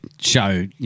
show